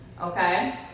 okay